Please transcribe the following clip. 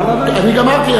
אני גמרתי.